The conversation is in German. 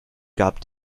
gab